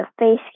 face